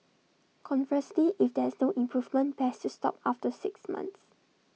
conversely if there is no improvement best to stop after six months